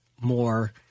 more